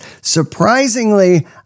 surprisingly